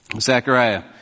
Zechariah